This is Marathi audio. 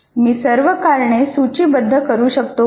मी सर्व कारणे सूचीबद्ध करू शकतो का